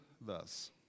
thus